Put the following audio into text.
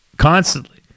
constantly